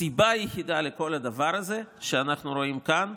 הסיבה היחידה לכל הדבר הזה, שאנחנו רואים כאן,